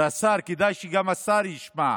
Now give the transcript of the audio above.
וכדאי שגם השר ישמע,